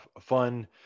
fun